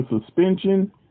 suspension